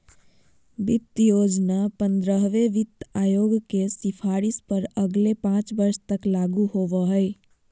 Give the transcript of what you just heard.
वित्त योजना पंद्रहवें वित्त आयोग के सिफारिश पर अगले पाँच वर्ष तक लागू होबो हइ